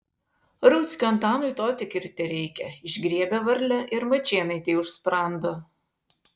rauckio antanui to tik ir tereikia išgriebia varlę ir mačėnaitei už sprando